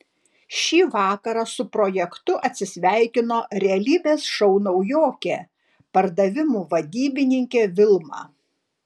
šį vakarą su projektu atsisveikino realybės šou naujokė pardavimų vadybininkė vilma